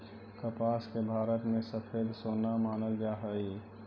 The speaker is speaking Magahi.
कपास के भारत में सफेद सोना मानल जा हलई